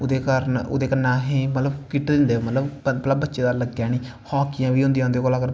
ओह्दै कन्नै असेंगी मतलव कियां दिंदे भला बच्चे गी लग्गै नी हॉकियां बी होंदियां उंदे कोल अगर